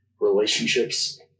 relationships